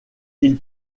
ils